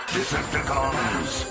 Decepticons